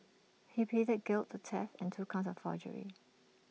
he pleaded guilty to theft and two counts of forgery